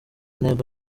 ntego